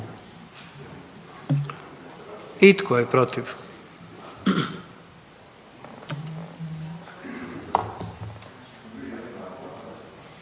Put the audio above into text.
I tko je protiv?